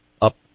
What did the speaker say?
up